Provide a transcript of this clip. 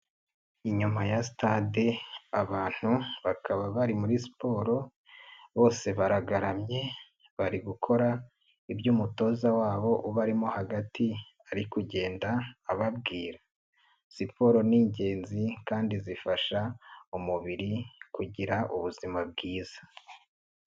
Inyuma ya stade, abantu bakaba bari muri siporo, bose bagaramye, bari gukora iby'umutoza wabo ubarimo hagati ari kugenda ababwira. Siporo ni igenzi kandi zifasha umubiri kugira ubuzima bwiza.